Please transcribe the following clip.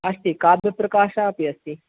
अस्ति काव्यप्रकाश अपि अस्ति